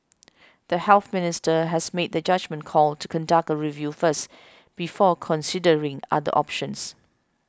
the Health Minister has made the judgement call to conduct a review first before considering other options